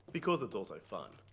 because it's also fun.